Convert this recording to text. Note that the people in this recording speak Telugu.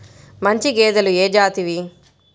మంచి గేదెలు ఏ జాతివి?